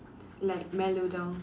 like mellow down